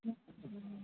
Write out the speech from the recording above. हा